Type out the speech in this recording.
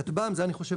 כטב"מ זה אני חושב,